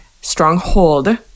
Stronghold